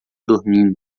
dormindo